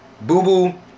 boo-boo